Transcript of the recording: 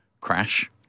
crash